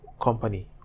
company